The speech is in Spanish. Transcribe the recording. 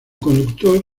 conductor